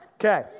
Okay